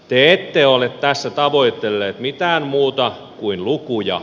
te ette ole tässä tavoitelleet mitään muuta kuin lukuja